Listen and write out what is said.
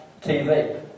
TV